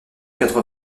quatre